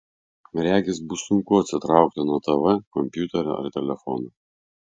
regis bus sunku atsitraukti nuo tv kompiuterio ar telefono